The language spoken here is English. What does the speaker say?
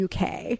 UK